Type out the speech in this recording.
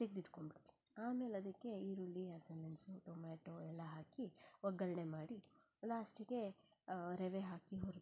ಆಮೇಲೆ ಅದಕ್ಕೆ ಈರುಳ್ಳಿ ಹಸಿಮೆಣಸು ಟೊಮ್ಯಾಟೋ ಎಲ್ಲ ಹಾಕಿ ಒಗ್ಗರಣೆ ಮಾಡಿ ಲಾಸ್ಟಿಗೆ ರವೆ ಹಾಕಿ ಹುರಿದ್ಬಿಟ್ಟು